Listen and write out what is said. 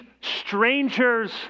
strangers